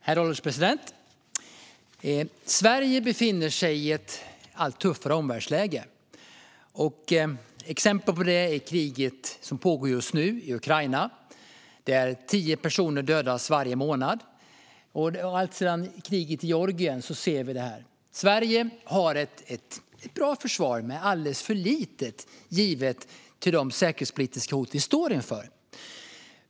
Herr ålderspresident! Sverige befinner sig i ett allt tuffare omvärldsläge. Exempel på det är kriget som just nu pågår i Ukraina. Där dödas tio personer varje månad. Vi ser det alltsedan kriget i Georgien. Sverige har ett bra men alldeles för litet försvar givet de säkerhetspolitiska hot vi står inför.